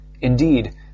Indeed